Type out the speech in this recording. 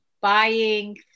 buying